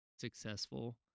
successful